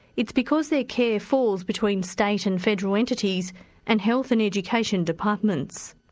it's because their care falls between state and federal entities and health and education departments.